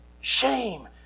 Shame